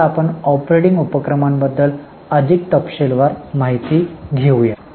आता आपण ऑपरेटिंग उपक्रमाबद्दल अधिक तपशीलवार माहिती घेऊया